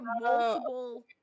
multiple